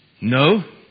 No